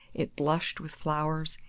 it blushed with flowers,